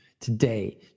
Today